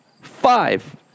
five